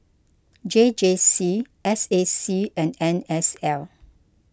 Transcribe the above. J J C S A C and N S L